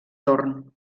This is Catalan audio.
torn